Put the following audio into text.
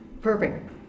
Perfect